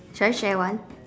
should I share one